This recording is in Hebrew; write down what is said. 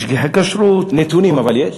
משגיחי כשרות, נתונים אבל יש?